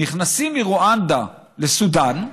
נכנסים מרואנדה לסודאן,